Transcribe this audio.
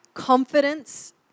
Confidence